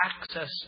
access